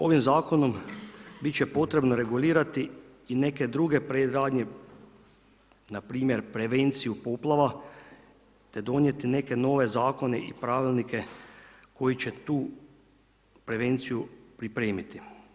Ovim Zakonom bit će potrebno regulirati i neke druge predradnje, npr. prevenciju poplava, te donijeti neke nove zakone i pravilnike koji će tu prevenciju pripremiti.